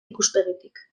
ikuspegitik